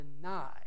deny